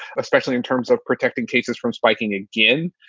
especially in terms of protecting cases from spiking again.